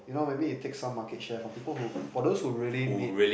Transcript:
you know maybe it take some market share from people who for those who really need